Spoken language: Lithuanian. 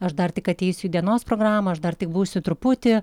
aš dar tik ateisiu į dienos programą aš dar tik būsiu truputį